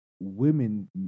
women